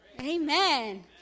Amen